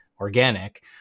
organic